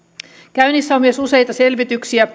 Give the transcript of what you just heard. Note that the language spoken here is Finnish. käynnissä on myös useita selvityksiä